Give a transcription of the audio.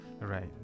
right